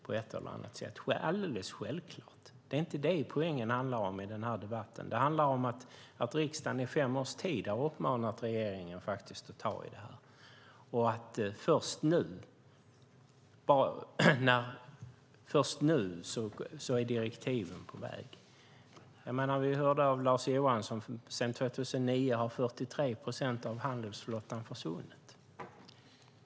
Det är alldeles självklart. Det är inte det som är poängen med den här debatten, utan den är att riksdagen i fem års tid har uppmanat regeringen att ta i det här. Först nu är direktiven på väg. Vi hörde av Lars Johansson att sedan 2009 har 43 procent av handelsflottan försvunnit.